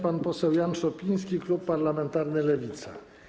Pan poseł Jan Szopiński, Klub Parlamentarny Lewica.